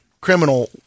criminal